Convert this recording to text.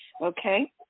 okay